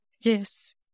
Yes